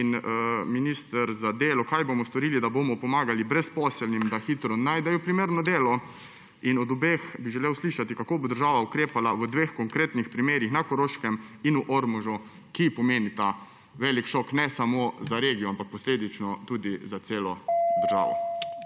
Minister za delo, zanima me: Kaj bomo storili, da bomo pomagali brezposelnim, da hitro najdejo primerno delo? Od obeh bi želel slišati: Kako bo država ukrepala v dveh konkretnih primerih na Koroškem in v Ormožu, ki pomenita velik šok ne samo za regijo, ampak posledično tudi za celo državo?